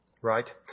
right